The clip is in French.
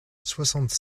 soixante